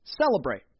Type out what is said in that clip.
celebrate